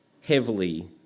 heavily